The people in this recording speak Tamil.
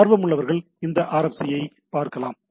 ஆர்வமுள்ளவர்கள் அந்த RFC ஐப் பார்க்கலாம்